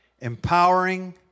empowering